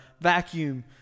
vacuum